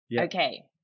Okay